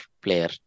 player